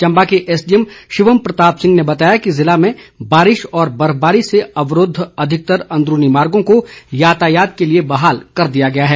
चंबा के एसडीएम शिवम प्रताप सिंह ने बताया कि जिले में बारिश व बर्फबारी से अवरूद्व अधिकतर अंदरूनी मार्गों को यातायात के लिए बहाल कर दिया गया है